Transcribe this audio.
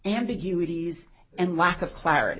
ambiguities and lack of clarity